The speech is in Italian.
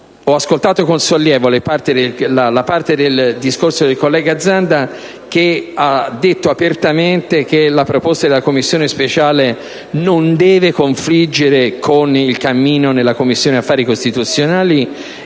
ho ascoltato con sollievo la parte del discorso del collega Zanda in cui ha detto apertamente che la proposta della Commissione speciale non deve confliggere con il cammino intrapreso dalla Commissione affari costituzionali